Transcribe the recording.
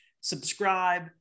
Subscribe